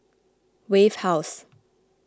Wave House